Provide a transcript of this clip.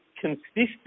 consistent